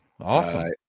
Awesome